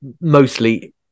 mostly